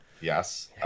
Yes